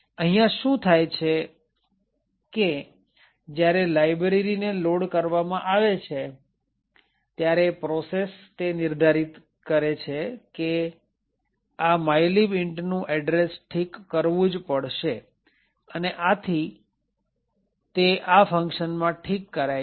અહીંયા શું થાય છે કે જ્યારે લાઈબ્રેરી ને લોડ કરવામાં આવે છે ત્યારે પ્રોસેસ તે નિર્ધારિત કરે છે કે આ mylib intનું એડ્રેસ ઠીક કરવું જ પડશે અને આથી તે આ ફંક્શન માં ઠીક કરાય છે